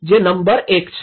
જે નંબર ૧ છે